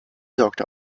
sorgte